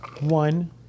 one